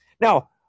Now